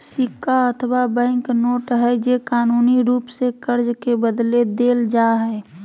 सिक्का अथवा bank note हइ जे कानूनी रूप से कर्ज के बदले देल जा हइ